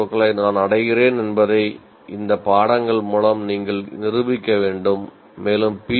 ஓக்களை நான் அடைகிறேன் என்பதை இந்த பாடங்கள் மூலம் நீங்கள் நிரூபிக்க வேண்டும் மேலும் பி